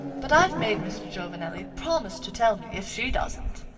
but i've made mr. giovanelli promise to tell me, if she doesn't.